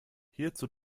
hierzu